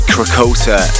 Krakota